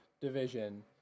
division